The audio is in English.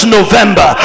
November